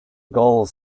goals